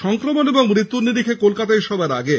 সংক্রমণ ও মৃত্যুর নিরিখে কলকাতাই সবার আগে